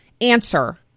answer